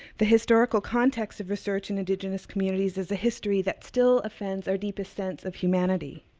the historical context of research in indigenous communities is a history that still offends our deepest sense of humanity.